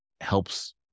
helps